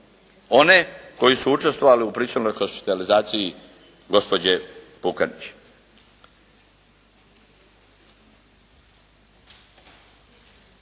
one koji su učestvovali u prisilnoj hospitalizaciji gospođe Pukanić.